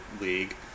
League